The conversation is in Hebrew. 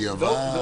אה, בדיעבד.